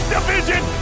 Division